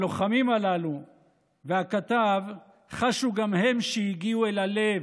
הלוחמים הללו והכתב חשו גם הם שהגיעו אל הלב,